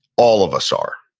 all of us are.